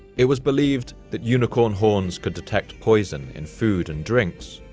it was believed that unicorn horns could detect poison in food and drinks,